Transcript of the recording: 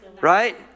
Right